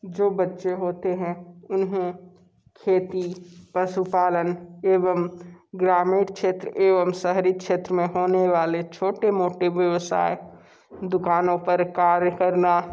जो बच्चे होते हैं उन्हें खेती पशुपालन एवं ग्रामीण क्षेत्र एवं शहरी क्षेत्र में होने वाले छोटे मोटे व्यवसाय दुकानों पर कार्य करना